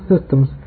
systems